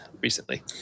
recently